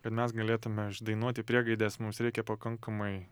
kad mes galėtume dainuoti priegaides mums reikia pakankamai